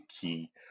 key